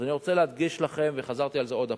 אז אני רוצה להדגיש לכם, וחזרתי על זה עוד פעם: